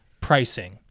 pricing